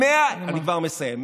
אני כבר מסיים.